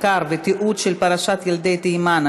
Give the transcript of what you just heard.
מחקר ותיעוד של פרשת ילדי תימן,